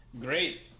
great